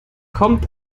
kommt